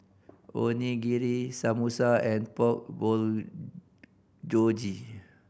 Onigiri Samosa and Pork Bulgogi